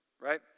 right